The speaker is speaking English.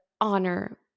honor